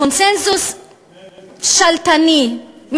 קונסנזוס שתלטני,